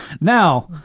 Now